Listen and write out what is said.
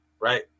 Right